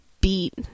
beat